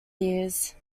years